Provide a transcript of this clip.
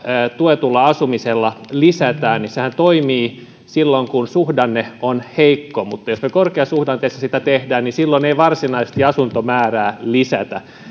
tuetulla asumisella lisäämme niin sehän toimii silloin kun suhdanne on heikko mutta jos me korkeasuhdanteessa sitä teemme niin silloin ei varsinaisesti asuntomäärää lisätä